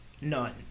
none